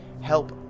help